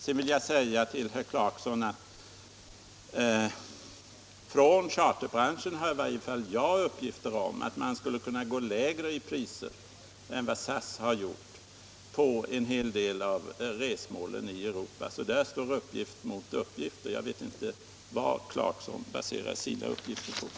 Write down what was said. Vidare vill jag säga till herr Clarkson att från charterbranschen har i varje fall jag fått uppgifter om att man skulle kunna gå lägre i priser än vad SAS har gjort på en hel del av resmålen i Europa. Här står alltså uppgift mot uppgift. Jag vet för min del inte vad herr Clarkson baserar sina uppgifter på.